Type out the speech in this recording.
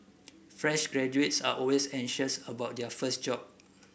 fresh graduates are always anxious about their first job